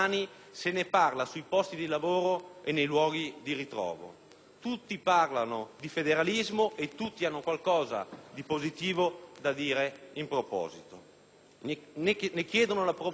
Tutti parlano di federalismo e tutti hanno qualcosa di positivo da dire in proposito. Chiedono l'approvazione del federalismo le associazioni di categoria, i commercianti,